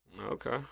Okay